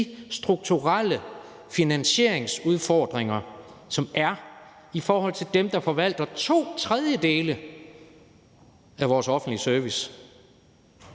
de strukturelle finansieringsudfordringer, som gælder i forhold til dem, der forvalter to tredjedele af vores offentlige service,